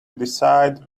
decided